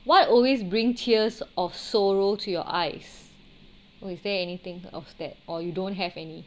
what always bring tears of sorrow to your eyes or is there anything of that or you don't have any